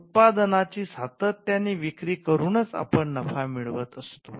उत्पादनाची सातत्याने विक्री करूनच आपण नफा मिळवत असतो